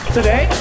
Today